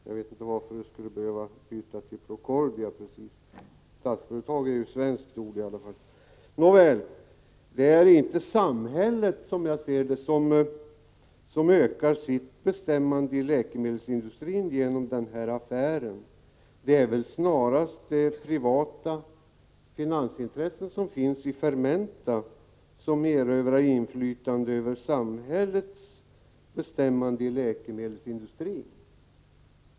Jag vet inte varför det skulle behöva byta namn till Procordia. Statsföretag är ju i alla fall ett svenskt ord. Nåväl, det är inte samhället — som jag ser saken — som ökar sitt bestämmande inom läkemedelsindustrin genom den här affären. Det är väl snarast de privata finansintressen som finns i Fermenta som erövrar inflytande över samhällets bestämmande inom läkemedelsindustrin.